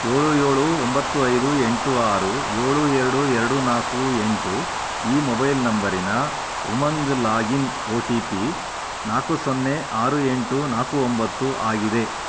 ಏಳು ಏಳು ಒಂಬತ್ತು ಐದು ಎಂಟು ಆರು ಏಳು ಎರಡು ಎರಡು ನಾಲ್ಕು ಎಂಟು ಈ ಮೊಬೈಲ್ ನಂಬರಿನ Umang login O T P ನಾಲ್ಕು ಸೊನ್ನೆ ಆರು ಎಂಟು ನಾಲ್ಕು ಒಂಬತ್ತು ಆಗಿದೆ